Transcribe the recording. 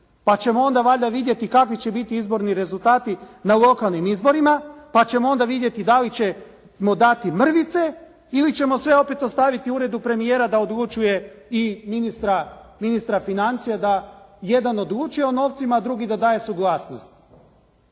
pa ćemo onda valjda vidjeti kakvi će biti izborni rezultati na lokalnim izborima, pa ćemo onda vidjeti da li ćemo dati mrvice ili ćemo sve opet ostaviti Uredu premijera da odlučuje i ministra financija da jedan odlučuje o novcima, a drugi da daje suglasnost.